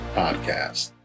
podcast